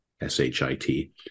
S-H-I-T